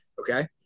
okay